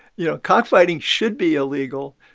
you know, cockfighting should be illegal,